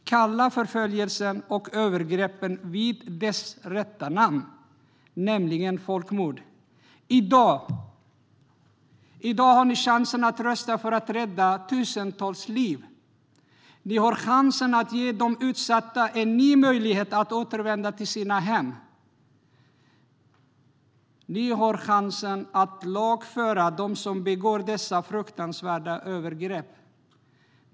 Kalla förföljelsen och övergreppen vid deras rätta namn, nämligen folkmord! I dag har ni chansen att rösta för att rädda tusentals liv. Ni har chansen att ge de utsatta en ny möjlighet att återvända till sina hem. Ni har chansen att lagföra dem som begår dessa fruktansvärda övergrepp.